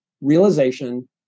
realization